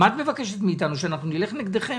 מה את מבקשת מאיתנו, שאנחנו נלך נגדכם?